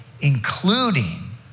including